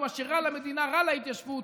ומה שרע למדינה רע להתיישבות,